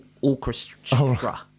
orchestra